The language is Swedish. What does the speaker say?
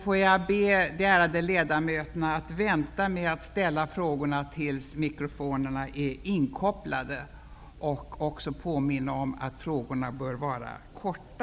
Får jag be de ärade ledamöterna vänta med att ställa sina frågor tills mikrofonerna är inkopplade i bänkarna. Jag vill också påminna om att frågorna bör vara korta.